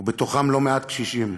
ובתוכם לא מעט קשישים,